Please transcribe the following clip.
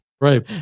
right